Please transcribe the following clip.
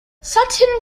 sutton